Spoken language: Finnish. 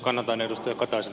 kannatan edustaja kataisen